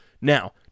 Now